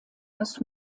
das